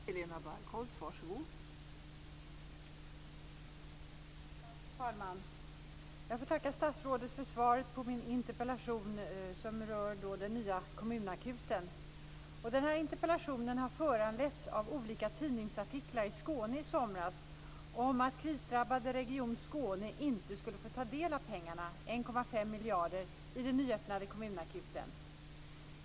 Fru talman! Jag får tacka statsrådet för svaret på min interpellation som rör den nya kommunakuten. Interpellationen har föranletts av olika tidningsartiklar i Skåne i somras om att den krisdrabbade regionen Skåne inte skulle få del av pengarna, 1,5 miljarder, i den nyöppnade kommunakuten.